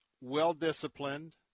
well-disciplined